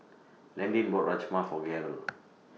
Landin bought Rajma For Gaylord